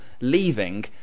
leaving